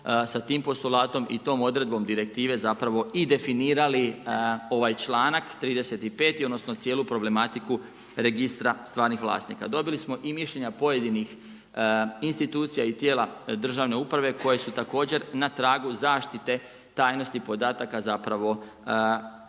sa tim postulatom i tom odredbom direktive zapravo i definirali ovaj članak 35. odnosno cijelu problematiku registra stvarnih vlasnika. Dobili smo mišljenja i pojedinih institucija i tijela državne uprave koja su također na tragu zaštite tajnosti podataka zapravo